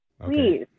please